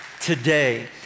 today